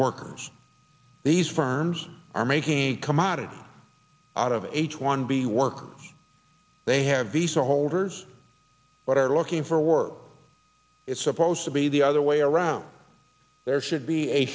workers these firms are making commodity out of h one b workers they have visa holders but are looking for work it's supposed to be the other way around there should be a